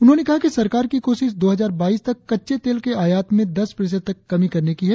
उन्होंने कहा कि सरकार की कोशिश दो हजार बाईस तक कच्चे तेल के आयात में दस प्रतिशत तक कमी करने की है